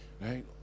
right